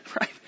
right